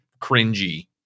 cringy